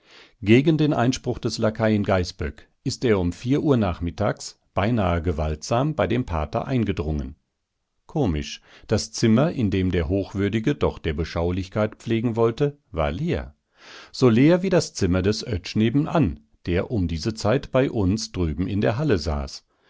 gegen den einspruch des laquaien gaißböck ist er um vier uhr nachmittags beinahe gewaltsam bei dem pater eingedrungen komisch das zimmer in dem der hochwürdige doch der beschaulichkeit pflegen wollte war leer so leer wie das zimmer des oetsch nebenan der um diese zeit bei uns drüben in der halle saß